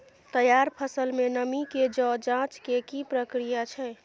तैयार फसल में नमी के ज जॉंच के की प्रक्रिया छै?